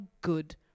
good